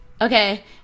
Okay